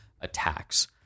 attacks